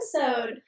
episode